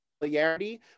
familiarity